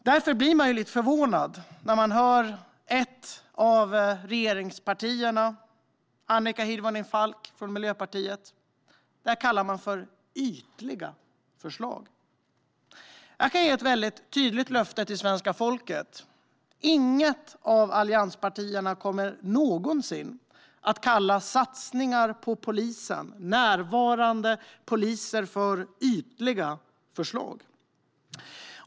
Därför blir jag lite förvånad när jag hör företrädaren för ett av regeringspartierna, Annika Hirvonen Falk från Miljöpartiet, kalla det här för ytliga förslag. Jag kan ge svenska folket ett tydligt löfte: Inget av allianspartierna kommer någonsin att kalla satsningar på polisen, på närvarande poliser, för ytliga förslag.